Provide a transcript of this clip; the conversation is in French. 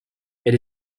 elle